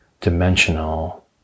dimensional